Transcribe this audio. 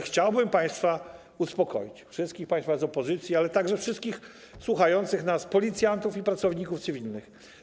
Chciałbym państwa uspokoić, wszystkich państwa z opozycji, ale także wszystkich słuchających nas policjantów i pracowników cywilnych.